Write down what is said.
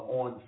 on